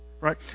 Right